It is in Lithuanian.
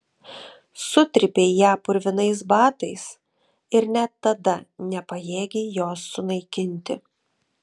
sutrypei ją purvinais batais ir net tada nepajėgei jos sunaikinti